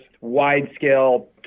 wide-scale